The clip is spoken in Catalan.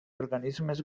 organismes